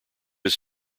his